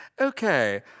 Okay